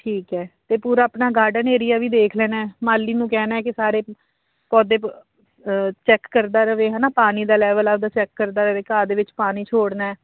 ਠੀਕ ਹੈ ਅਤੇ ਪੂਰਾ ਆਪਣਾ ਗਾਰਡਨ ਏਰੀਆ ਵੀ ਦੇਖ ਲੈਣਾ ਮਾਲੀ ਨੂੰ ਕਹਿਣਾ ਕਿ ਸਾਰੇ ਪੌਦੇ ਪ ਚੈੱਕ ਕਰਦਾ ਰਹੇ ਹੈ ਨਾ ਪਾਣੀ ਦਾ ਲੈਵਲ ਆਪਦਾ ਚੈਕ ਕਰਦਾ ਰਹੇ ਘਾਹ ਦੇ ਵਿੱਚ ਪਾਣੀ ਛੋੜਨਾ